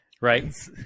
Right